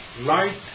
light